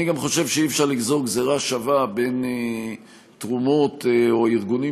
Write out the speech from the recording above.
אני גם חושב שאי-אפשר לגזור גזירה שווה בין תרומות או ארגונים